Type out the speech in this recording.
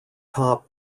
top